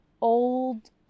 old